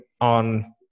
on